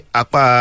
apa